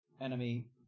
enemy